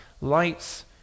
lights